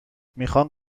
میخان